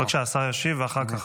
בבקשה, השר ישיב, ואחר כך.